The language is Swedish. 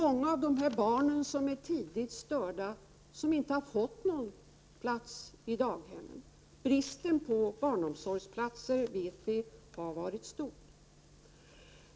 Många av dessa barn kanske inte har fått någon plats på daghem — bristen på barnomsorgsplatser har varit stor.